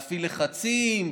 להפעיל לחצים,